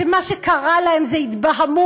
שמה שקרה להם זה התבהמות,